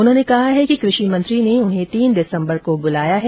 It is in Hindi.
उन्होंने कहा है कि कृषि मंत्री ने उन्हें तीन दिसम्बर को बुलाया है